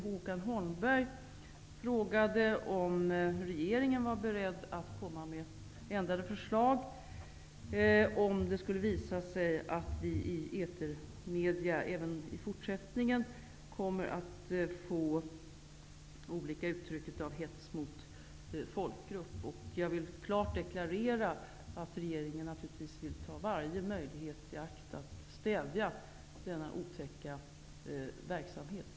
Håkan Holmberg frågade om regeringen var beredd att komma med ändrade förslag om det skulle visa sig att vi i etermedierna även i fortsättningen kommer att få olika uttryck för hets mot folkgrupp. Jag vill klart deklarera att regeringen naturligtvis tar varje möjlighet i akt för att stävja denna otäcka verksamhet.